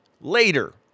later